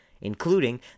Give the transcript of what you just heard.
including